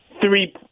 Three